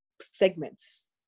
segments